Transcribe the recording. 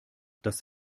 das